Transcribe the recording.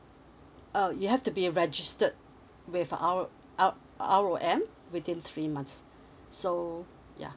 uh you have to be registered with R R R_O_M within three months so yeah